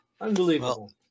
Unbelievable